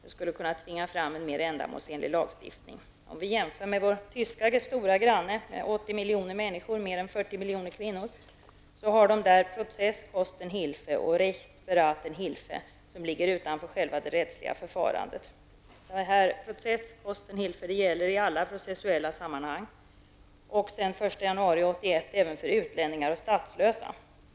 Det skulle kunna tvinga fram en mer ändamålsenlig lagstiftning. Vi kan jämföra med vår stora granne Tyskland med 80 miljoner invånare, dvs. mer än 40 miljoner kvinnor. Där finns s.k. Prozesskostenhilfe och Rechtsberatenhilfe som ligger utanför själva det rättsliga förfarandet. Prozesskostenhilfe gäller i alla processuella sammanhang. Sedan den 1 januari 1981 gäller det även för utlänningar och statslösa.